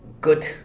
good